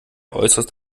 äußerst